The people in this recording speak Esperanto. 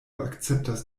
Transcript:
akceptas